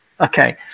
Okay